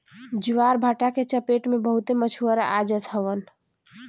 ज्वारभाटा के चपेट में बहुते मछुआरा आ जात हवन